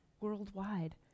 worldwide